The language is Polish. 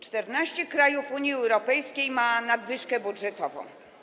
14 krajów Unii Europejskiej ma nadwyżkę budżetową.